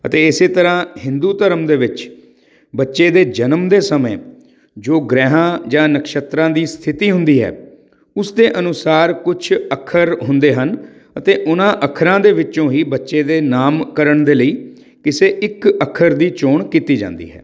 ਅਤੇ ਇਸ ਤਰ੍ਹਾਂ ਹਿੰਦੂ ਧਰਮ ਦੇ ਵਿੱਚ ਬੱਚੇ ਦੇ ਜਨਮ ਦੇ ਸਮੇਂ ਜੋ ਗ੍ਰਹਿਆਂ ਜਾਂ ਨਕਸ਼ਤਰਾਂ ਦੀ ਸਥਿਤੀ ਹੁੰਦੀ ਹੈ ਉਸਦੇ ਅਨੁਸਾਰ ਕੁਛ ਅੱਖਰ ਹੁੰਦੇ ਹਨ ਅਤੇ ਉਹਨਾਂ ਅੱਖਰਾਂ ਦੇ ਵਿੱਚੋਂ ਹੀ ਬੱਚੇ ਦੇ ਨਾਮਕਰਣ ਦੇ ਲਈ ਕਿਸੇ ਇੱਕ ਅੱਖਰ ਦੀ ਚੋਣ ਕੀਤੀ ਜਾਂਦੀ ਹੈ